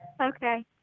okay